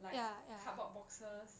like cardboard boxes